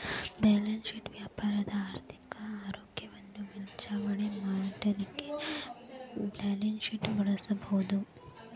balance sheet ವ್ಯಾಪಾರದ ಆರ್ಥಿಕ ಆರೋಗ್ಯವನ್ನ ಮೇಲ್ವಿಚಾರಣೆ ಮಾಡಲಿಕ್ಕೆ ಬ್ಯಾಲನ್ಸ್ಶೇಟ್ ಬಳಸಬಹುದು